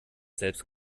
selbst